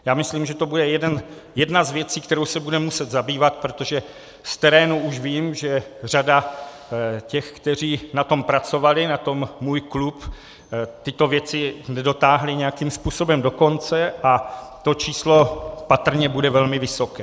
Já myslím, že to bude jedna z věcí, kterou se budeme muset zabývat, protože z terénu už vím, že řada těch, kteří na tom pracovali, na tom Můj klub, tyto věci nedotáhli nějakým způsobem do konce, a to číslo patrně bude velmi vysoké.